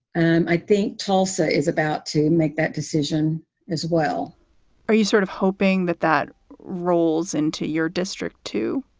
and i think tulsa is about to make that decision as well are you sort of hoping that that rolls into your district, too?